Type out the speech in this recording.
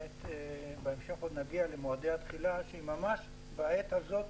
בהמשך נגיע למועדי התחילה, הדוגמה ממש בעת הזאת